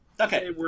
Okay